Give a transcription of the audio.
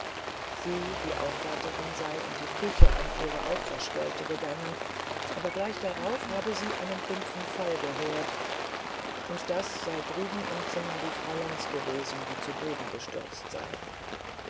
sie die aufwärterin sei in die küche an ihre aufwaschgelte gegangen aber gleich darauf habe sie einen dumpfen fall gehört und das sei drüben im zimmer die frau lenz gewesen die zu boden gestürzt sei